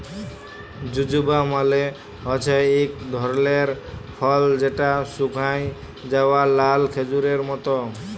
জুজুবা মালে হছে ইক ধরলের ফল যেট শুকাঁয় যাউয়া লাল খেজুরের মত